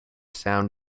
sound